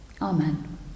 Amen